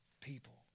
people